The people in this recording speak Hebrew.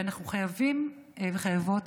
אנחנו חייבים וחייבות,